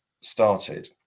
started